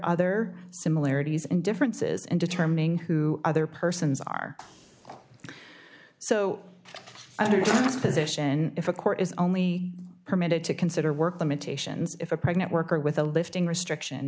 other similarities and differences in determining who other persons are so disposition if a court is only permitted to consider work limitations if a pregnant worker with a lifting restriction